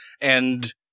And-